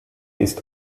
ist